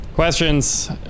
Questions